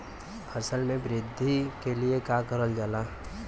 फसल मे वृद्धि के लिए का करल जाला?